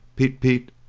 peet, peet,